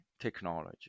technology